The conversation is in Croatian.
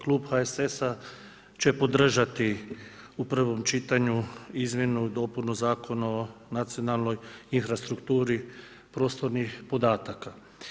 Klub HSS-a će podržati u prvom čitanju izmjenu i dopunu Zakona o nacionalnoj infrastrukturi prostornih podataka.